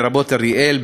לרבות אריאל,